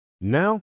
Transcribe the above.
Now